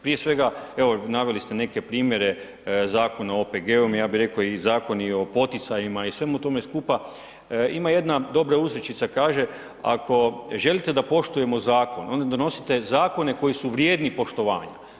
Prije svega evo naveli ste neke primjere Zakona o OPG-u, ja bi rekao i zakoni o poticajima i svemu tome skupa, ima jedna dobra uzrečica a kaže ako želite da poštujemo zakon, onda donosite zakone koji su vrijedni poštovanja.